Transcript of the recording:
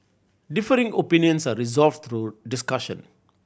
differing opinions are resolved through discussion